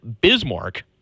Bismarck